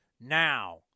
now